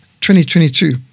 2022